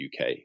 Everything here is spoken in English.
UK